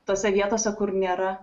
tose vietose kur nėra